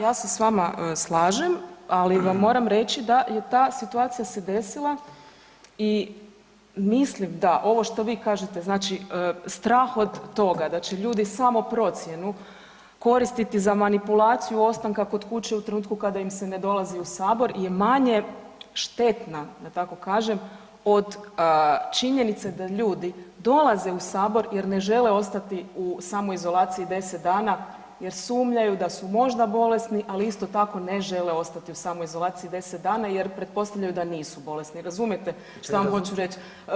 Ja se s vama slažem, ali vam moram reći da je ta situacija se desila i mislim da ovo što vi kažete znači strah od toga da će ljudi samoprocjenu koristiti za manipulaciju ostanka kod kuće u trenutku kada im se ne dolazi u sabor je manje štetna da tako kažem od činjenice da ljudi dolaze u sabor jer ne žele ostati u samoizolaciji 10 dana jer sumnjaju da su možda bolesni, ali isto tako ne žele ostati u samoizolaciji 10 dana jer pretpostavljaju da nisu bolesni, razumijete šta vam hoću reći.